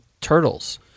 turtles